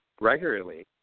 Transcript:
regularly